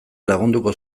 lagunduko